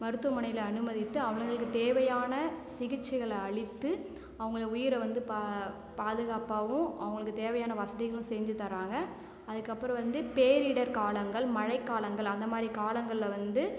மருத்துவமனையில அனுமதித்து அவளுங்களுக்கு தேவையான சிகிச்சைகளை அளித்து அவங்கள உயிரை வந்து ப பாதுகாப்பாகவும் அவங்களுக்கு தேவையான வசதிகளும் செஞ்சு தராங்க அதுக்கு அப்புறம் வந்து பேரிடர் காலங்கள் மழை காலங்கள் அந்த மாரி காலங்களில் வந்து